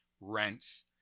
rents